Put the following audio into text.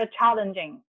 challenging